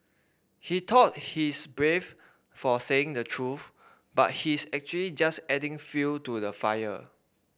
he thought he's brave for saying the truth but he's actually just adding fuel to the fire